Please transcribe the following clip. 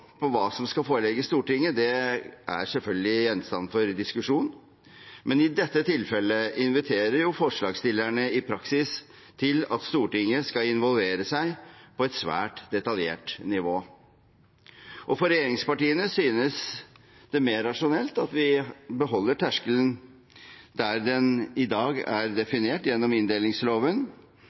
hva som skal forelegges Stortinget, kan selvfølgelig være gjenstand for diskusjon. I dette tilfellet inviterer forslagsstillerne i praksis til at Stortinget skal involvere seg på et svært detaljert nivå. For regjeringspartiene synes det mer rasjonelt at vi beholder terskelen der den i dag er definert i inndelingsloven,